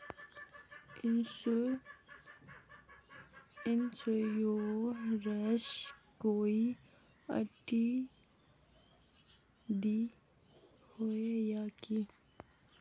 Insurance कोई ID होय है की?